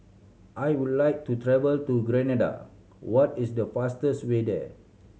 I would like to travel to Grenada what is the fastest way there